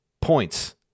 points